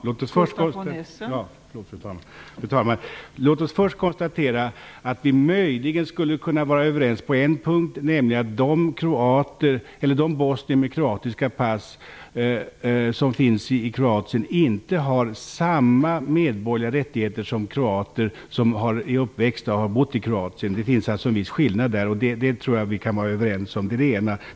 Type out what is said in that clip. Fru talman! Låt oss först konstatera att vi möjligen skulle kunna vara överens på en punkt, nämligen att de bosnier med kroatiska pass som finns i Kroatien inte har samma medborgerliga rättigheter som de kroater som är uppväxta och har bott i Kroatien. Det finns alltså en viss skillnad, och det tror jag vi kan vara överens om. Det är det ena.